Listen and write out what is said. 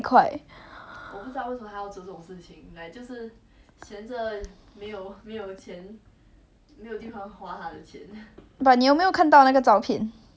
but 你有没有看到那个照片 it's literally just three pieces of thing you put on top of the keyboard I was so shook